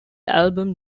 album